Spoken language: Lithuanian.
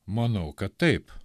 manau kad taip